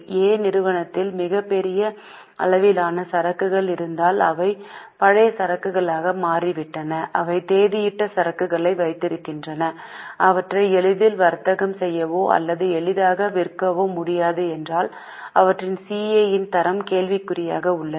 A நிறுவனத்தில் மிகப் பெரிய அளவிலான சரக்குகள் இருந்தால் அவை பழைய சரக்குகளாக மாறிவிட்டன அவை தேதியிட்ட சரக்குகளை வைத்திருக்கின்றன அவற்றை எளிதில் வர்த்தகம் செய்யவோ அல்லது எளிதாக விற்கவோ முடியாது என்றால் அவற்றின் CA இன் தரம் கேள்விக்குறியாக உள்ளது